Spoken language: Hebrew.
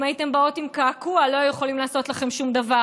אם הייתן באות עם קעקוע לא היו יכולים לעשות לכן שום דבר,